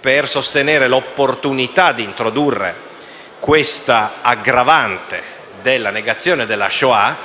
per sostenere l'opportunità di introdurre questa aggravante della negazione della Shoah